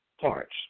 parts